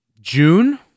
June